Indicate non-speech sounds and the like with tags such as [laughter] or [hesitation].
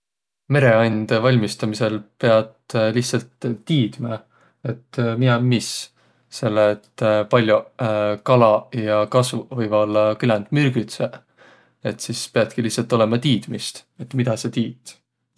Mereandõ valmistamisõl piät lihtsält tiidmä, et miä om mis. Selle et [hesitation] pall'oq [hesitation] kalaq ja kasvuq võivaq ollaq küländ mürgüdseq. Et sis piätki lihtsält olõma tiidmist, et midä sa tiit.